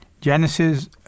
Genesis